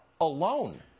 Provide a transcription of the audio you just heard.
alone